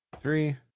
Three